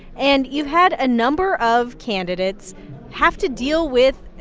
and you've had a number of candidates have to deal with